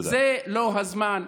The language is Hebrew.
זה לא הזמן.